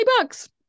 bucks